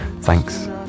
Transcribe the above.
Thanks